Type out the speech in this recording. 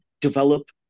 develop